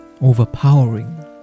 overpowering